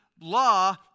Law